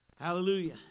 Hallelujah